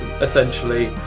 essentially